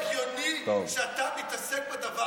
זה לא הגיוני שאתה מתעסק בדבר